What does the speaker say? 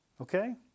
Okay